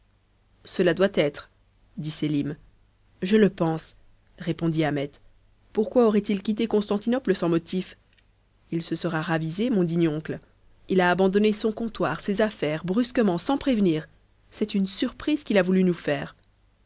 cela doit être dit sélim je le pense répondit ahmet pourquoi aurait-il quitté constantinople sans ce motif il se sera ravisé mon digne oncle il a abandonné son comptoir ses affaires brusquement sans prévenir c'est une surprise qu'il a voulu nous faire